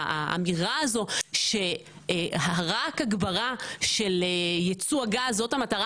האמירה הזו שרק הגברה של ייצוא הגז זאת המטרה